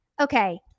Okay